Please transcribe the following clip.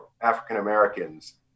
African-Americans